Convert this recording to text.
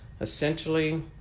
Essentially